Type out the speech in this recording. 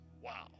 wow